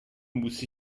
muss